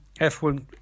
F1